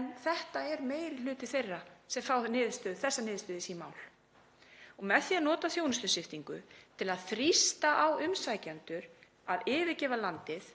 en þetta er meiri hluti þeirra sem fá þessa niðurstöðu í sín mál. Með því að nota þjónustusviptingu til að þrýsta á umsækjendur að yfirgefa landið